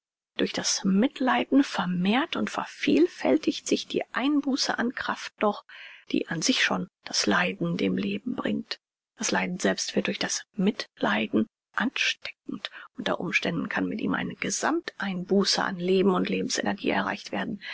durch das mitleiden vermehrt und vervielfältigt sich die einbuße an kraft noch die an sich schon das leiden dem leben bringt das leiden selbst wird durch das mitleiden ansteckend unter umständen kann mit ihm eine gesammt einbuße an leben und lebens energie erreicht werden